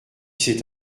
c’est